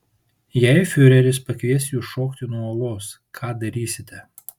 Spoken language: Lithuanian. jei fiureris pakvies jus šokti nuo uolos ką darysite